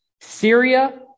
Syria